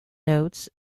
notes